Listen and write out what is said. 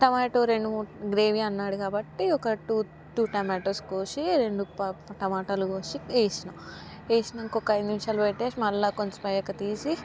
tomato రెండు మూడు gravy అన్నాడు కాబట్టి టూ టూ టమాటోస్ కోసి రెండు ప టమాటాలు కోసి వేసిన వేసినాక ఒక ఐదు నిముషాలు పెట్టేసి మళ్ళీ కొద్దిసేపయ్యాక తీసి